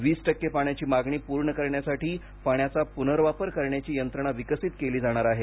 वीस टक्के पाण्याची मागणी पूर्ण करण्यासाठी पाण्याचा पुनर्वापर करण्याची यंत्रणा विकसित केली जाणार आहे